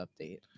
update